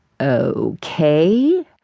Okay